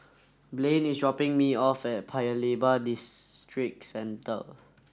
Blane is dropping me off at Paya Lebar District centre